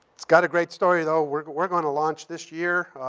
it's got a great story, though. we're but we're gonna launch this year.